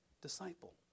disciple